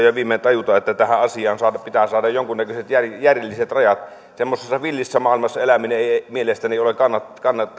ja viimein tajuta että tähän asiaan pitää saada jonkunnäköiset järjelliset rajat semmoisessa villissä maailmassa eläminen ei ei mielestäni ole